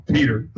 Peter